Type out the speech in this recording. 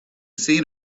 seen